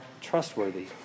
trustworthy